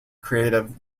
creative